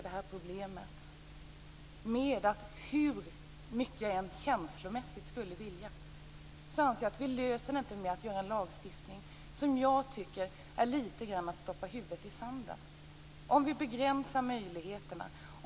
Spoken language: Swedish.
Hur mycket jag än känslomässigt skulle vilja det anser jag inte att vi löser det här problemet genom att göra en lagstiftning som påminner litet grand om att stoppa huvudet i sanden. Med detta begränsar vi möjligheterna.